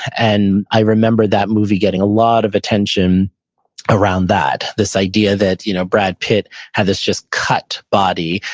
and i remember that movie getting a lot of attention around that. this idea that you know brad pitt had this just cut body.